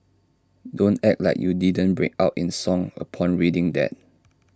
don't act like you didn't break out in song upon reading that